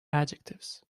adjectives